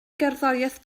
gerddoriaeth